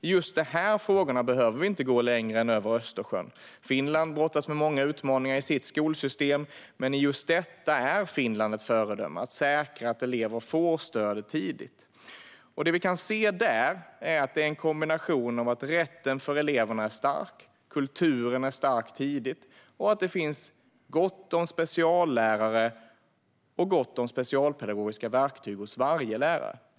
I just de här frågorna behöver vi inte gå längre än över Östersjön. Finland brottas med många utmaningar i sitt skolsystem, men just när det gäller att säkra att elever får stöd tidigt är Finland ett föredöme. Det vi kan se där är en kombination där rätten för eleverna är stark, kulturen är stark tidigt och det finns gott om speciallärare och gott om specialpedagogiska verktyg hos varje lärare.